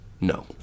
no